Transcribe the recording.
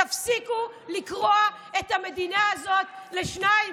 תפסיקו לקרוע את המדינה הזאת לשניים.